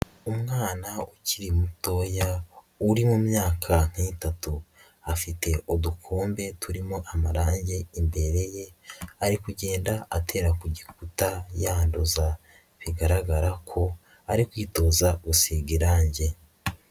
Umwana ukiri mutoya uri mu myaka nk'itatu, afite udukombe turimo amarangi imbere ye, ari kugenda atera ku gikuta yanduza, bigaragara ko ari kwitoza gusiga irange.